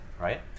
right